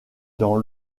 dans